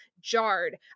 jarred